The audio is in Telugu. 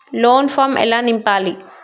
లోన్ ఫామ్ ఎలా నింపాలి?